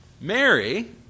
Mary